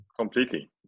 Completely